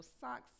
socks